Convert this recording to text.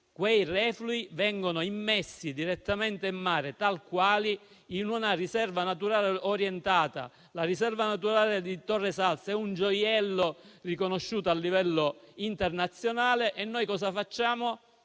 questi reflui vengono immessi direttamente in mare, tal quali, in una riserva naturale orientata. La riserva naturale di Torre Salsa è un gioiello riconosciuto a livello internazionale. E noi cosa facciamo?